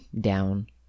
down